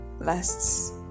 lasts